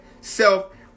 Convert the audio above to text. self